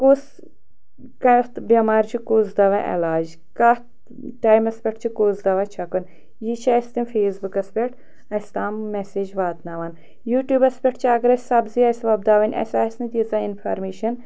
کُس کَتھ بٮ۪مارِ چھُ کُس دوا علاج کَتھ ٹایمَس پٮ۪ٹھ چھِ کُس دوا چھَکُن یہِ چھِ اَسہِ تِم فیس بُکَس پٮ۪ٹھ اَسہِ تام مٮ۪سیج واتناوان یوٗٹیوٗبَس پٮ۪ٹھ چھِ اَگر اَسہِ سبزی آسہِ وۄپداوٕنۍ اَسہِ آسہِ نہٕ تیٖژاہ اِنفارمیشَن